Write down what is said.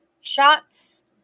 shots